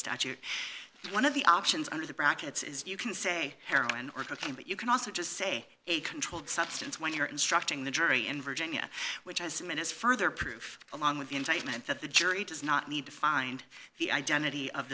statute one of the options under the brackets is you can say heroin or cocaine but you can also just say a controlled substance when you're instructing the jury in virginia which i submit is further proof along with the indictment that the jury does not need to find the identity of